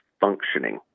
functioning